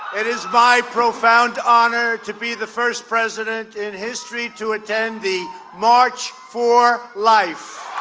it is my profound honor to be the first president in history to attend the march for life.